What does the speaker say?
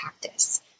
practice